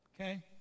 Okay